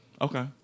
Okay